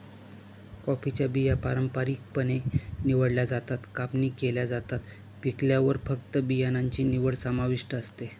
कॉफीच्या बिया पारंपारिकपणे निवडल्या जातात, कापणी केल्या जातात, पिकल्यावर फक्त बियाणांची निवड समाविष्ट असते